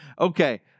Okay